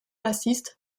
racistes